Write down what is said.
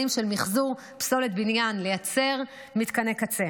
של מחזור פסולת בניין לייצר מתקני קצה.